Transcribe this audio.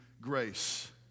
grace